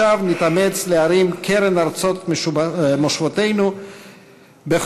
לשווא נתאמץ להרים קרן ארצות מושבותינו בחכמות